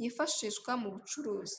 yifashishwa m'ubucuruzi.